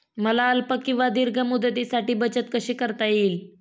मला अल्प किंवा दीर्घ मुदतीसाठी बचत कशी करता येईल?